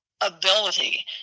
ability